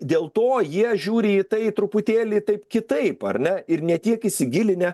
dėl to jie žiūri į tai truputėlį taip kitaip ar ne ir ne tiek įsigilinę